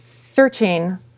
searching